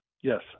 Yes